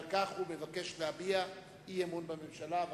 על כך הוא מבקש להביע אי-אמון בממשלה.